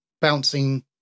bouncing